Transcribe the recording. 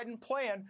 plan